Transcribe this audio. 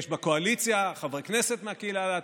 יש בקואליציה חברי כנסת מהקהילה הלהט"בית,